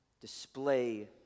Display